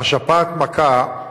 השפעת מכה,